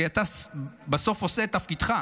כי אתה בסוף עושה את תפקידך.